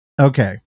okay